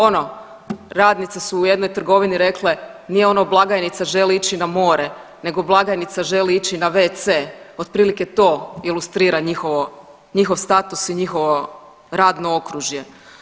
Ono, radnice su u jednoj trgovini rekle – nije ono blagajnica želi ići na more, nego blagajnica želi ići na WC - otprilike to ilustrira njihov status i njihovo radno okružje.